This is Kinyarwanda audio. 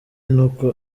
n’uko